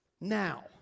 Now